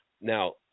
now